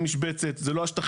זה לא שטחי משבצת,